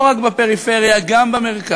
לא רק בפריפריה, גם במרכז,